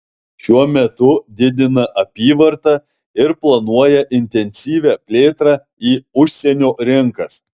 šiuo metu didina apyvartą ir planuoja intensyvią plėtrą į užsienio rinkas